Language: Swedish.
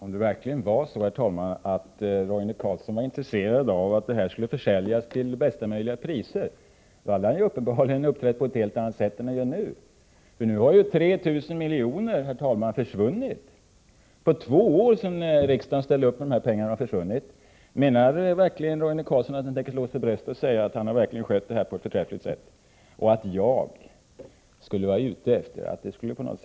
Herr talman! Om Roine Carlsson verkligen var intresserad av att fartygen skulle försäljas till bästa möjliga priser hade han uppenbarligen uppträtt på ett helt annat sätt än han gör nu. Nu har ju 3 000 miljoner, herr talman, försvunnit på två år sedan riksdagen ställde upp med dessa pengar. Menar verkligen Roine Carlsson att han tänker slå sig för bröstet och säga att han har skött detta på ett förträffligt sätt och att jag skulle vara ute efter att det blev en förlust?